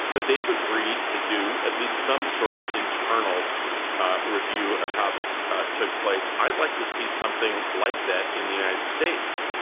but they've agreed to do at least some sort of internal review of how this took place. i'd like to see something like that in the united states.